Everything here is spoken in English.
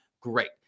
great